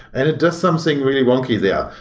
and it does something really wonky there.